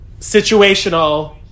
Situational